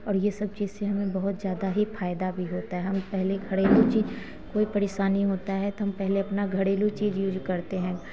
और यह सब चीज़ से हमें बहुत ज़्यादा ही फ़ायदा भी होता है हम पहले घरेलू चीज़ कोई परेशानी होता है तो हम पहले अपना घरेलू चीज़ यूज करते हैं